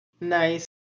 Nice